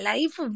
Life